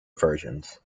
versions